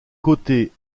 côtés